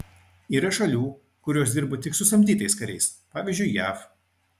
yra šalių kurios dirba tik su samdytais kariais pavyzdžiui jav